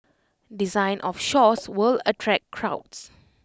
design of stores will attract crowds